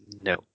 No